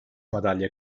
madalya